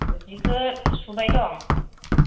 जिखौ सुबाय दं